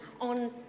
on